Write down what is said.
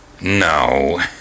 No